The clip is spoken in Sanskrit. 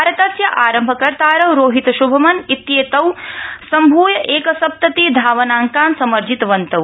भारतस्य आरम्भकर्तारौ रोहित श्भमन् इत्येतौ सम्भूय एकसप्तति धावनाकांन् समर्जितवन्तौ